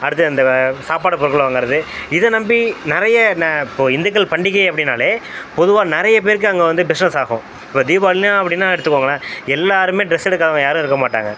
அடுத்தது இந்த சாப்பாட்டு பொருள் வாங்கறது இதை நம்பி நிறைய ந இப்போ இந்துக்கள் பண்டிகை அப்படின்னாலே பொதுவாக நிறைய பேருக்கு அங்கே வந்து பிஸ்னஸ் ஆகும் இப்போ தீபாவளின்னு அப்படின்னா எடுத்துக்கோங்களேன் எல்லாருமே ட்ரெஸ் எடுக்காதவங்க யாரும் இருக்க மாட்டாங்க